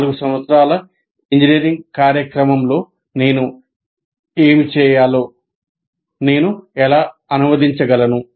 4 సంవత్సరాల ఇంజనీరింగ్ కార్యక్రమంలో నేను ఏమి చేయాలో నేను ఎలా అనువదించగలను